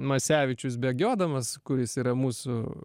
masevičius bėgiodamas kuris yra mūsų